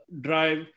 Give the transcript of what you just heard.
drive